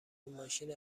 ماشین